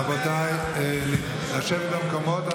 רבותיי, לשבת במקומות.